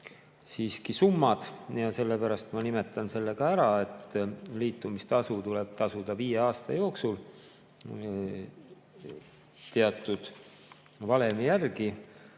teatud summad. Sellepärast ma nimetan ka ära, et liitumistasu tuleb tasuda viie aasta jooksul teatud valemi järgi.